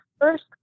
first